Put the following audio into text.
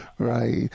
Right